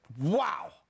wow